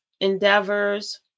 endeavors